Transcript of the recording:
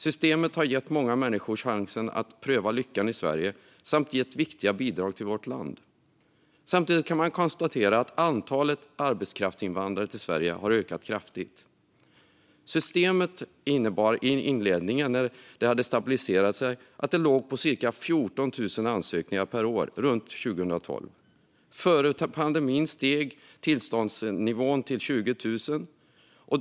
Systemet har gett många människor chansen att pröva lyckan i Sverige och gett viktiga bidrag till vårt land. Samtidigt kan man konstatera att antalet arbetskraftsinvandrare som har kommit till Sverige har ökat kraftigt. Systemet innebar i inledningen, när det hade stabiliserat sig, att antalet låg på ca 14 000 ansökningar per år omkring 2012. Före pandemin steg tillståndsnivån till 20 000.